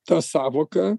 ta sąvoka